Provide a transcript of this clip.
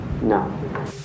No